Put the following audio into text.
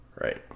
Right